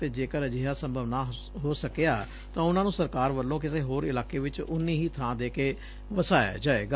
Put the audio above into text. ਅਤੇ ਜੇਕਰ ਅਜਿਹਾ ਸੰਭਵ ਨਾ ਹੋ ਸਕਿਆ ਤਾਂ ਉਨੂਾਂ ਨੂੰ ਸਰਕਾਰ ਵੱਲੋਂ ਕਿਸੇ ਹੋਰ ਇਲਾਕੇ ਵਿਚ ਉਨੀ ਹੀ ਬਾਂ ਦੇ ਕੇ ਵਸਾਇਆ ਜਾਏਗਾ